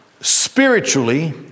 spiritually